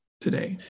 today